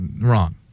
Wrong